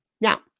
Now